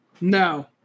no